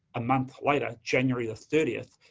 a month later, january of thirtieth,